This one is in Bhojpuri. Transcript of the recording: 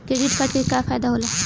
क्रेडिट कार्ड के का फायदा होला?